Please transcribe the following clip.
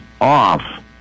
off